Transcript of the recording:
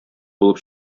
булып